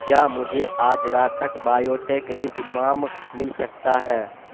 کیا مجھے آج رات تک بایوٹیک لپ مام مل سکتا ہے